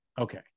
Okay